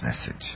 message